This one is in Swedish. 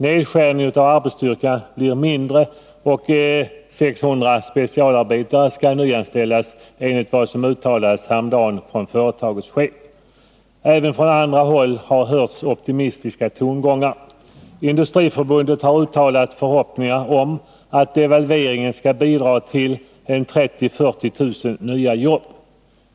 Nedskärningen av arbetsstyrkan blir mindre, och 600 specialarbetare skall nyanställas enligt vad som uttalades häromdagen av företagets chef. Även från andra håll har hörts optimistiska tongångar. Industriförbundet har uttalat förhoppningar om att devalveringen skall bidra till 30 000 å 40 000 nya jobb.